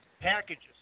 packages